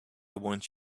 want